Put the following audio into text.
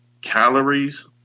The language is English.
calories